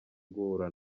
guhura